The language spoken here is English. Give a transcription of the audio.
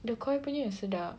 the KOI punya is sedap